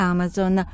Amazon